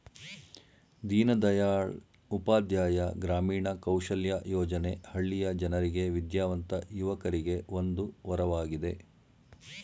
ದೀನದಯಾಳ್ ಉಪಾಧ್ಯಾಯ ಗ್ರಾಮೀಣ ಕೌಶಲ್ಯ ಯೋಜನೆ ಹಳ್ಳಿಯ ಜನರಿಗೆ ವಿದ್ಯಾವಂತ ಯುವಕರಿಗೆ ಒಂದು ವರವಾಗಿದೆ